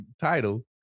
title